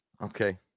Okay